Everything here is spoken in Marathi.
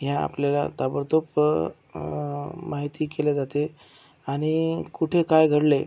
ह्या आपल्याला ताबडतोब माहिती केल्या जाते आणि कुठे काय घडलं आहे